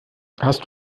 hast